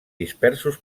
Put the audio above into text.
dispersos